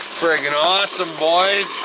friggin' awesome, boys!